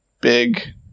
big